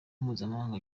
mpuzamahanga